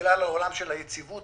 בגלל העולם של היציבות,